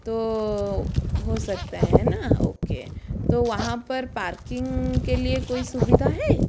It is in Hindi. तो हो सकता है ना ओके तो वहाँ पर पार्किंग के लिए कोई सुविधा है